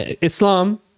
islam